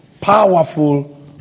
powerful